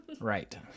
right